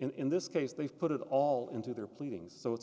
in this case they've put it all into their pleadings so it's a